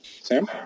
Sam